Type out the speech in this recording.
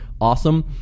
awesome